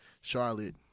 Charlotte